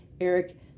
eric